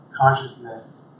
consciousness